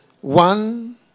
One